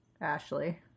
Ashley